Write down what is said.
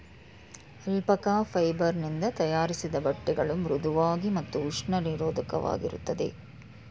alpaca fibre ನಿಂದ ತಯಾರಿಸಿದ ಬಟ್ಟೆಗಳು ಮೃಧುವಾಗಿ ಮತ್ತು ಉಷ್ಣ ನಿರೋಧಕವಾಗಿರುತ್ತದೆ